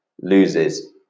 loses